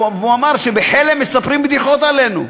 הוא אמר שבחלם מספרים בדיחות עלינו,